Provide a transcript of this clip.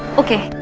okay,